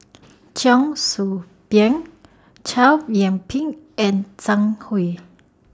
Cheong Soo Pieng Chow Yian Ping and Zhang Hui